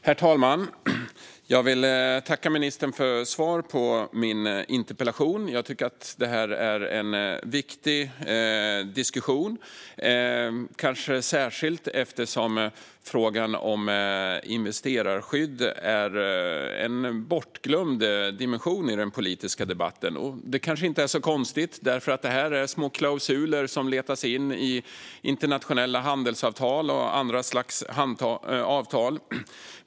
Herr talman! Jag vill tacka ministern för svaret på min interpellation. Jag tycker att det är en viktig diskussion. Det gäller kanske särskilt eftersom frågan om investerarskydd är en bortglömd dimension i den politiska debatten. Det kanske inte är så konstigt. Det är små klausuler som letar sig in i internationella handelsavtal och andra slags avtal.